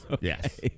Yes